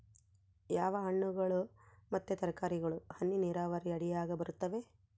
ಯಾವ ಹಣ್ಣುಗಳು ಮತ್ತು ತರಕಾರಿಗಳು ಹನಿ ನೇರಾವರಿ ಅಡಿಯಾಗ ಬರುತ್ತವೆ?